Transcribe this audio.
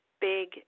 big